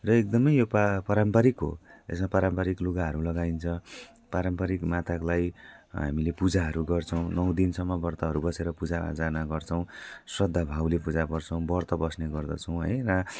र एकदमै यो पा पारम्पारिक हो यसमा पारम्पारिक लुगाहरू लगाइन्छ पारम्पारिक माताहरूलाई हामीले पूजाहरू गर्छौँ नौ दिनसम्म ब्रतहरू बसेर पूजाआजा गर्छौँ श्रद्धा भावले पूजा गर्छौँ ब्रत बस्ने गर्दछौँ है र